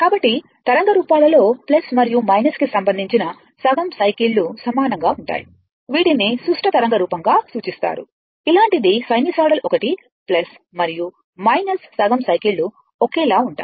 కాబట్టి తరంగ రూపాలలో మరియు కి సంబంధించిన సగం సైకిళ్లు సమానంగా ఉంటాయి వీటిని సుష్ట తరంగ రూపంగా సూచిస్తారు ఇలాంటిది సైనూసోయిడల్ ఒకటి మరియు సగం సైకిళ్లు ఒకేలా ఉంటాయి